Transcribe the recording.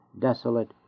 desolate